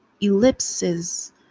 ellipses